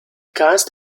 cast